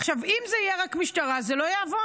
עכשיו, אם זה יהיה רק משטרה, זה לא יעבוד,